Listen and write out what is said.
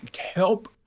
help